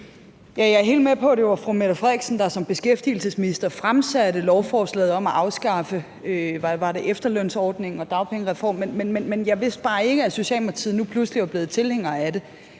Jeg er helt med på, at det var fru Mette Frederiksen, der som beskæftigelsesminister fremsatte lovforslaget om at afskaffe, hvad var det, efterlønsordningen og dagpengereformen. Men jeg vidste bare ikke, at Socialdemokratiet nu pludselig var blevet tilhænger af det.